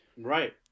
Right